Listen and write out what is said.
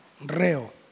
Reo